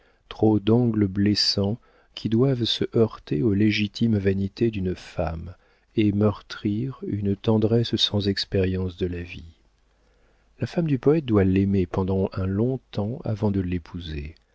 trop d'angles blessants qui doivent se heurter aux légitimes vanités d'une femme et meurtrir une tendresse sans expérience de la vie la femme du poëte doit l'aimer pendant un long temps avant de l'épouser